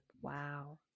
wow